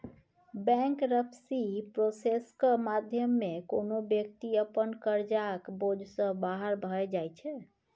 bankruptcy प्रोसेसक माध्यमे कोनो बेकती अपन करजाक बोझ सँ बाहर भए जाइ छै